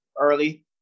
early